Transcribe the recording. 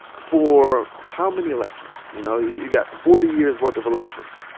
for how many elections, you know? you've got forty years' worth of elections,